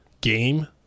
game